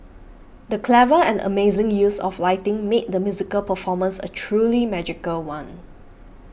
the clever and amazing use of lighting made the musical performance a truly magical one